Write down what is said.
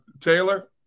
Taylor